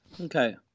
Okay